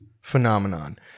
phenomenon